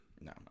No